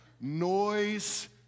Noise